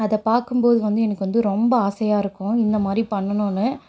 அதை பார்க்கும்போது வந்து எனக்கு வந்து ரொம்ப ஆசையாயிருக்கும் இந்தமாதிரி பண்ணனும்னு